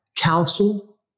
counsel